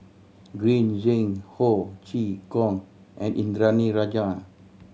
Green Zeng Ho Chee Kong and Indranee Rajah